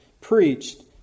preached